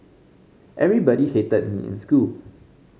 everybody hated me in school